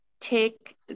take